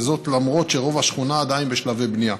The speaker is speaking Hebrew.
וזאת למרות שרוב השכונה עדיין בשלבי בנייה.